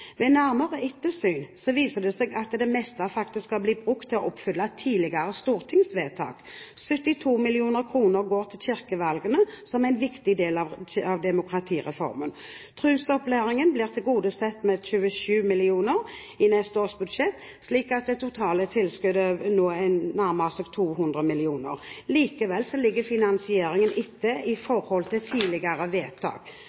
Ved nærmere ettersyn viser det seg at det meste faktisk skal brukes til å oppfylle tidligere stortingsvedtak. 72 mill. kr går til kirkevalgene, som er en viktig del av demokratireformen. Trosopplæringen blir tilgodesett med 27 mill. kr i neste års budsjett, slik at det totale tilskuddet nå nærmer seg 200 mill. kr. Likevel ligger finansieringen etter i